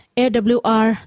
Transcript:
awr